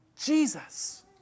Jesus